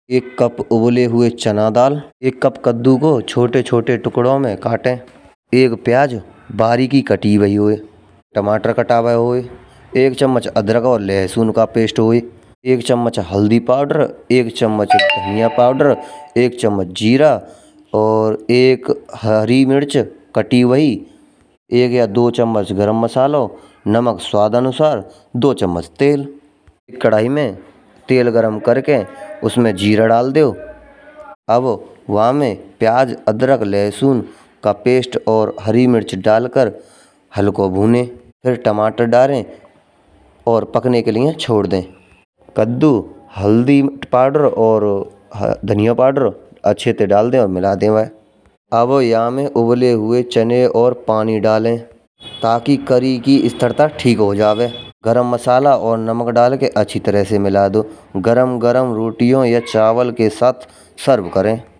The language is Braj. एक कप उबले हुए चना दाल। एक कप कद्दू को छोटे छोटे टुकड़ों में काटे। एक प्याज बारीकी कटी हुई होवे। टमाटर कटा हुआ होवे एक चम्मच अदरक और लहसुन का पेस्ट होये। एक चम्मच हल्दी पाउडर एक चम्मच जीरा और एक हरी मिर्च कटी हुई। एक या दो चम्मच गरम मसालो। नमक स्वादानुसार दो चम्मच तेल कढ़ाई में गरम करके उसमें जीरा डाल दो। अब वा में प्याज, अदरक लहसुन का पेस्ट और हरी मिर्च डालकर हल्को भूने फिर टमाटर डालें और पकने के लिए छोड़ दें। कद्दू हल्दी पाउडर और धनिया पाउडर अच्छे से डाल दे। अब या में मिले हुए चने और पानी डालें। ताकि करी की स्थिरता ठीक हो जाए। गरम मसाला और नमक डालकर अच्छी तरह से मिला दो। गरम-गरम रोटियों हो या चावल के साथ सर्व करें।